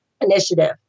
initiative